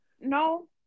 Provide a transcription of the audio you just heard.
No